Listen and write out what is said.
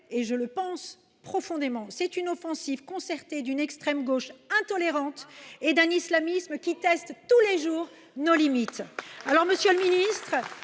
et je le pense profondément. C'est une offensive concertée d'une extrême gauche intolérante et d'un islamisme qui teste tous les jours nos limites.